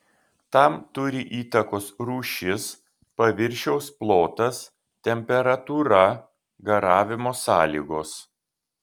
tam turi įtakos rūšis paviršiaus plotas temperatūra garavimo sąlygos